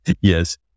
Yes